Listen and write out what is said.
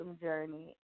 journey